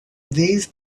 these